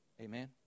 Amen